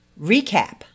Recap